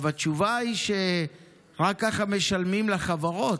התשובה היא שרק ככה משלמים לחברות,